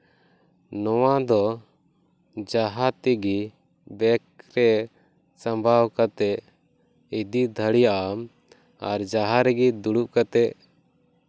ᱱᱚᱣᱟ ᱫᱚ ᱡᱟᱦᱟᱸᱛᱮᱜᱮ ᱵᱮᱜᱽ ᱨᱮ ᱥᱟᱢᱵᱟᱣ ᱠᱟᱛᱮᱫ ᱤᱫᱤ ᱫᱟᱲᱮᱭᱟᱜᱼᱟᱢ ᱟᱨ ᱡᱟᱦᱟ ᱨᱮᱜᱮ ᱫᱩᱲᱩᱵ ᱠᱟᱛᱮᱫ